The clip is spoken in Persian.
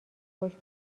خوش